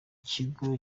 kigo